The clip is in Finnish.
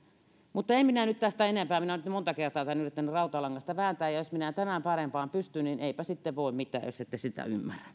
mutta en minä nyt tästä enempää minä olen nyt monta kertaa tämän yrittänyt rautalangasta vääntää ja jos minä en tämän parempaan pysty niin eipä sitten voi mitään jos ette sitä